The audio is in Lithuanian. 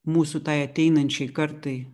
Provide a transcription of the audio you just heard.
mūsų tai ateinančiai kartai